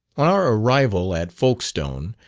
on our arrival at folkstone,